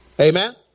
Amen